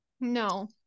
no